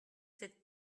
cette